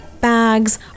bags